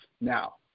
now